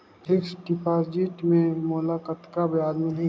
Fixed deposit मे मोला कतका ब्याज मिलही?